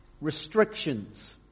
Restrictions